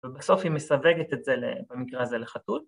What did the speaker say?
‫ובסוף היא מסווגת את זה, ‫במקרה הזה לחתול.